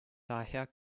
daher